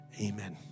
Amen